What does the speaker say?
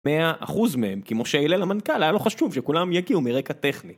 100% מהם, כי משה אילן המנכ״ל, היה לו חשוב שכולם יגיעו מרקע טכני.